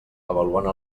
avaluant